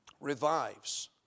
revives